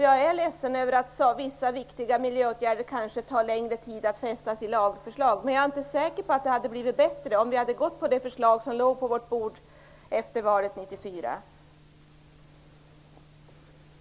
Jag är ledsen över att vissa viktiga miljöåtgärder kanske tar längre tid att få fram lagförslag om och lagfästa, men jag är inte säker på att det hade blivit bättre om vi hade beslutat enligt det förslag som låg på riksdagens bord efter valet 1994.